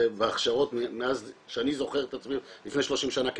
זה בהכשרות מאז שאני זוכר את עצמי לפני 30 שנה כפרמדיק.